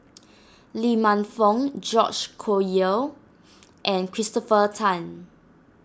Lee Man Fong George Collyer and Christopher Tan